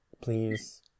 please